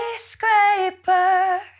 skyscraper